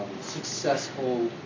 successful